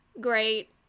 great